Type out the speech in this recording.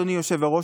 אדוני היושב-ראש,